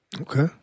Okay